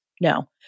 no